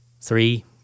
Three